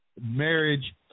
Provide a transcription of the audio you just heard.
Marriage